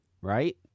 Right